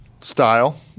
Style